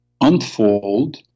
unfold